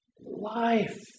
life